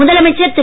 முதலமைச்சர் திரு